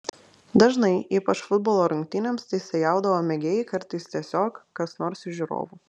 dažnai ypač futbolo rungtynėms teisėjaudavo mėgėjai kartais tiesiog kas nors iš žiūrovų